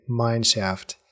mineshaft